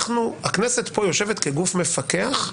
הכנסת פה יושבת כגוף מפקח,